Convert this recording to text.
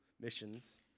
missions